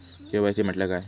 KYC म्हटल्या काय?